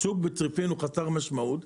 השוק בצריפין הוא חסר משמעות.